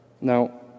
Now